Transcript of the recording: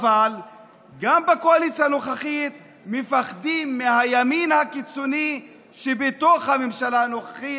גם בקואליציה הנוכחית מפחדים מהימין הקיצוני שבתוך הממשלה הנוכחית,